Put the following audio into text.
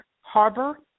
harbor